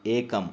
एकम्